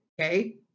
okay